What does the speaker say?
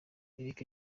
eric